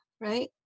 right